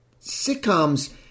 sitcoms